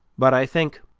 but i think,